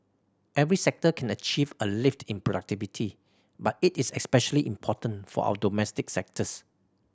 every sector can achieve a lift in productivity but it is especially important for our domestic sectors